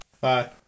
Bye